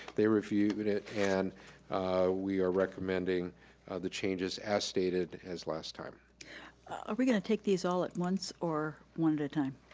they reviewed it and we are recommending the changes as stated, as last time. are we gonna take these all at once, or one at a time?